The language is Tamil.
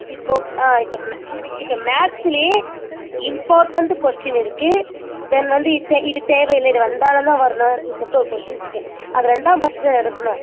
இப்போ ஆ இப்போ மே இப்போ மேக்ஸ்லயே இம்பர்ட்டண்ட் கோஸிடின் இருக்கு தென் வந்து இப்போ இது தேவை இல்லை இது வந்தாலும் தான் வர்ணும்னு சொல்லிட்டு ஒரு கோஸின் இருக்கு அதை ரெண்டாம் பட்சத்தில் எடுக்கணும்